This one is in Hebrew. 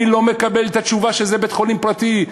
אני לא מקבל את התשובה שזה בית-חולים פרטי.